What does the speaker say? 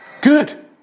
Good